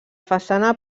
façana